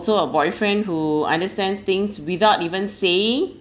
also a boyfriend who understands things without even saying